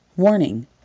Warning